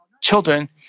children